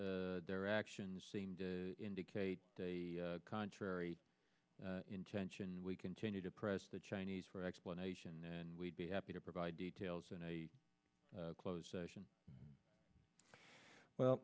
space their actions seem to indicate contrary intention we continue to press the chinese for explanation and we'd be happy to provide details in a closed session well